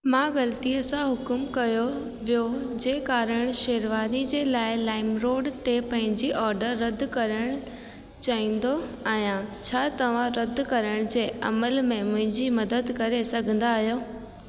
मां ग़लती सां हुकुम कयो वियो जे कारण शेरवानी जे लाइ लाइमरोड ते पंहिंजो ऑडर रद्द करण चाहिंदो आहियां छा तव्हां रद्द करण जे अमल में मुंहिंजी मदद करे सघंदा आहियो